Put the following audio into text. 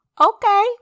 okay